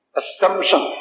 assumption